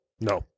No